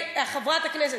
חברת הכנסת,